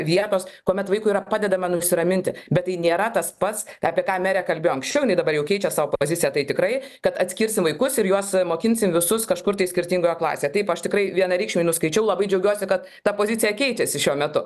vietos kuomet vaikui yra padedama nusiraminti bet tai nėra tas pats apie ką merė kalbėjo anksčiau jinai dabar jau keičia savo poziciją tai tikrai kad atskirsim vaikus ir juos mokinsim visus kažkur tai skirtingoj klasėj taip aš tikrai vienareikšmiai nuskaičiau labai džiaugiuosi kad ta pozicija keičiasi šiuo metu